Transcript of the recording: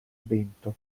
vento